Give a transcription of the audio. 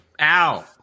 Ow